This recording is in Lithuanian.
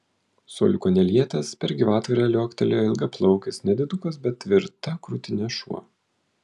suoliuko nelietęs per gyvatvorę liuoktelėjo ilgaplaukis nedidukas bet tvirta krūtine šuo